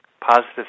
positive